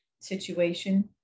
situation